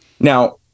Now